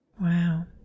Wow